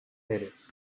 pérez